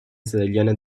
israeliana